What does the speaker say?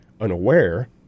unaware